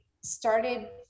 started